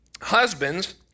Husbands